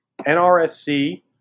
NRSC